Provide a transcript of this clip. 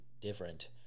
different